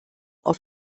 auf